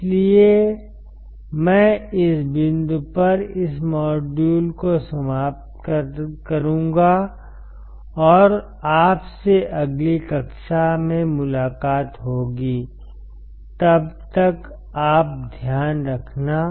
इसलिए मैं इस बिंदु पर इस मॉड्यूल को समाप्त करूंगा और आप से अगली कक्षा में मुलाकात होगी तब तक आप ध्यान रखना